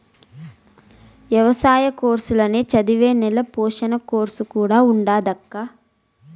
ఎవసాయ కోర్సుల్ల నే చదివే నేల పోషణ కోర్సు కూడా ఉండాదక్కా